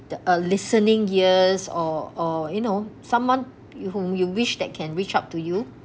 the uh listening ears or or you know someone who you wish that can reach out to you